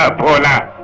ah bhola.